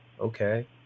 okay